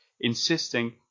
insisting